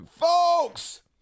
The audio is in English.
folks